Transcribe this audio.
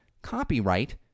copyright